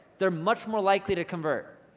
they're much more likely to convert.